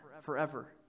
forever